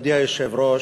מכובדי היושב-ראש,